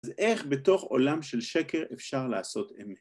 אז איך בתוך עולם של שקר אפשר לעשות אמת?